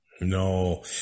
No